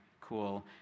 cool